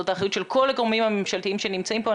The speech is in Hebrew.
זאת האחריות של כל הגורמים הממשלתיים שנמצאים פה.